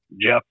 Jeff